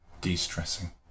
de-stressing